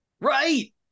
Right